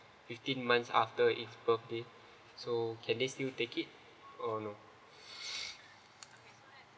fifteen months after it's birth day so can they still take it or no